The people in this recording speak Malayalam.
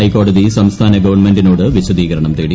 ഹൈക്കോടതി സംസ്ഥാന് ശ്വൺമെന്റിനോട് വിശദീകരണം തേടി